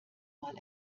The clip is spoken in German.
mal